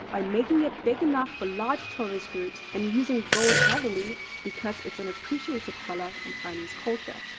by making it big enough for large tourist groups and using gold heavily because it's an appreciated color in chinese culture.